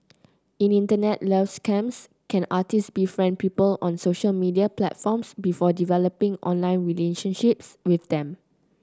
in Internet love scams con artists befriend people on social media platforms before developing online relationships with them